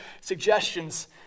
suggestions